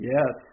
Yes